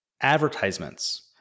advertisements